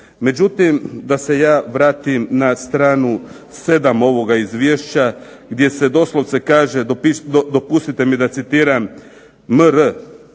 Međutim, da se ja vratim na str. 7 ovog izvješća, gdje se doslovce kaže dopustite mi da citiram "M.R.